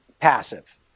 passive